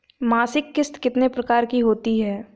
मासिक किश्त कितने प्रकार की होती है?